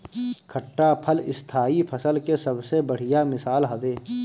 खट्टा फल स्थाई फसल के सबसे बढ़िया मिसाल हवे